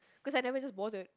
cause I never just bothered